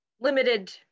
limited